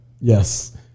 Yes